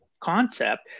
concept